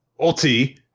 Ulti